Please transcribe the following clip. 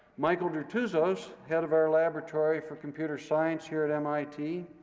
michael dertouzos, head of our laboratory for computer science here at mit,